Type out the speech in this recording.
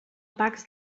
pacs